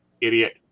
idiot